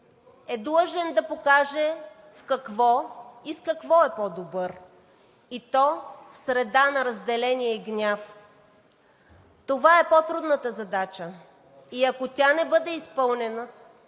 е длъжен да покаже в какво и с какво е по-добър, и то в среда на разделение и гняв. Това е по-трудната задача и ако тя не бъде изпълнена,